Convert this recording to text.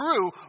true